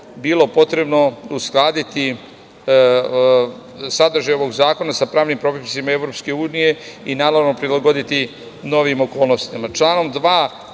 bilo potrebno uskladiti sadržaj ovog zakona sa pravnim propisima EU i naravno prilagoditi novim okolnostima.